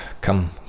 come